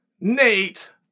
Nate